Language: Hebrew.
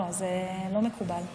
לא, זה לא מקובל.